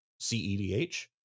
CEDH